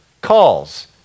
calls